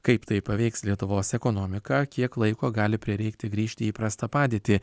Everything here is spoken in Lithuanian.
kaip tai paveiks lietuvos ekonomiką kiek laiko gali prireikti grįžti į įprastą padėtį